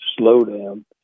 slowdown